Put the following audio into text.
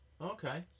Okay